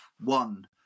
one